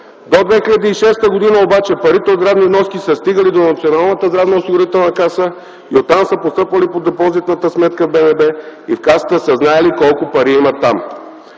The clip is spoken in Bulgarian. До 2006 г. обаче парите от здравни вноски са стигали до Националната здравноосигурителна каса и оттам са постъпвали по депозитната сметка в БНБ и в Касата са знаели колко пари имат там.